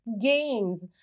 gains